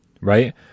right